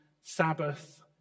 Sabbath